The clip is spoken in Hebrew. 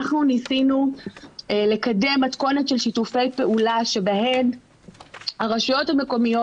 ניסינו לקדם מתכונת של שיתופי פעולה בהן הרשויות המקומיות